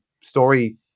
story